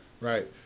Right